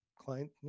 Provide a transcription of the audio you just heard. client